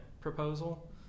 proposal